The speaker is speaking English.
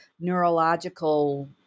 neurological